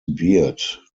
beard